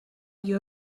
you